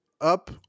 up